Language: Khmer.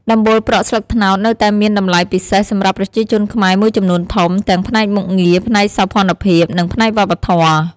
ដំបូលប្រក់ស្លឹកត្នោតនៅតែមានតម្លៃពិសេសសម្រាប់ប្រជាជនខ្មែរមួយចំនួនធំ ទាំងផ្នែកមុខងារ ផ្នែកសោភ័ណភាព និងផ្នែកវប្បធម៌។